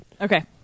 Okay